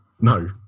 No